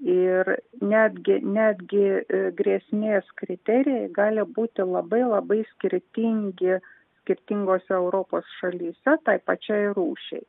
ir netgi netgi grėsmės kriterijai gali būti labai labai skirtingi skirtingose europos šalyse tai pačiai rūšiai